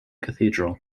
cathedral